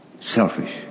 Selfish